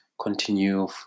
continue